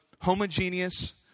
homogeneous